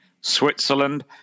Switzerland